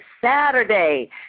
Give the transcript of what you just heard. Saturday